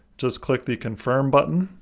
just click the confirm button.